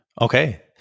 Okay